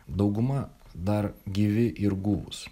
dauguma dar gyvi ir guvūs